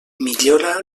millora